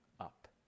up